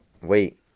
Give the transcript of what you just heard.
wait